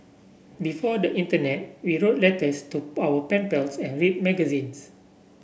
before the internet we wrote letters to our pen pals and read magazines